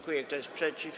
Kto jest przeciw?